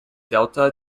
delta